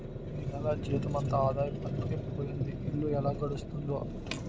ఈ నెల జీతమంతా ఆదాయ పన్నుకే పోయింది ఇల్లు ఎలా గడుస్తుందో